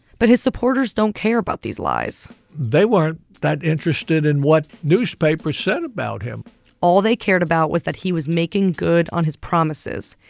but his supporters don't care about these lies they weren't that interested in what newspapers said about him all they cared about was that he was making good on his promises.